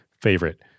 favorite